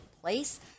place